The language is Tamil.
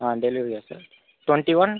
ஆ டெலிவரியா சார் டுவெண்ட்டி ஒன்